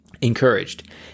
encouraged